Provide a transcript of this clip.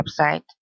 website